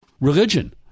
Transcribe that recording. religion